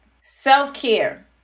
self-care